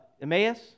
Emmaus